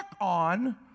on